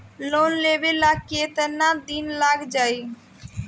Loan लेबे ला कितना दिन लाग जाई?